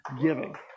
giving